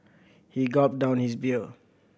he gulped down his beer